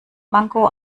mango